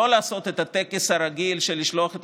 לא לעשות את הטקס הרגיל של לשלוח את